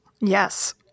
Yes